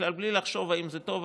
בלי לחשוב בכלל אם זה טוב,